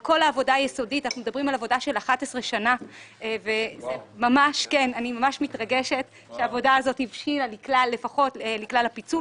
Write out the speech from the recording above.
אנחנו מדברים על עבודה של 11 שנה וזה ממש מרגש לכלל הפיצול.